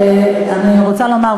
אני רוצה לומר,